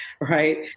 Right